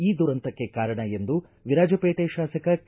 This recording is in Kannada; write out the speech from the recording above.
ಈ ದುರಂತಕ್ಕೆ ಕಾರಣ ಎಂದು ವಿರಾಜಪೇಟೆ ಶಾಸಕ ಕೆ